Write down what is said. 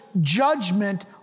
judgment